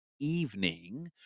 evening